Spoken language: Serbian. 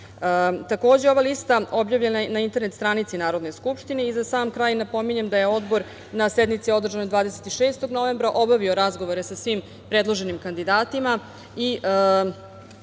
ova lista objavljena je na internet stranici Narodne skupštine, i za sam kraj napominjem da je Odbor na sednici održanoj 26. novembra obavio razgovore sa svim predloženim kandidatima.